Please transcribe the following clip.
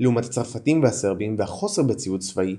לעומת הצרפתים והסרבים והחוסר בציוד צבאי,